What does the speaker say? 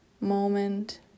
moment